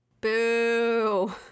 Boo